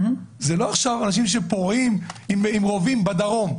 אלה לא אנשים שפורעים עם רובים בדרום,